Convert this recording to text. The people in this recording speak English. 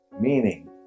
meaning